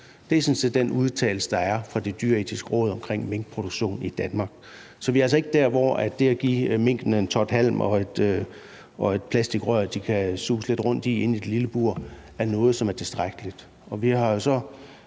set den udtalelse, der er fra Det Dyreetiske Råd omkring minkproduktion i Danmark. Så vi er altså ikke der, hvor det at give minkene en tot halm og et plastikrør, de kan suse lidt rundt i, inde i et lille bur, er noget, som er tilstrækkeligt.